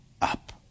up